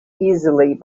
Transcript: easily